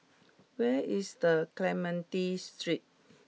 where is the Clementi Street